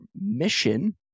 mission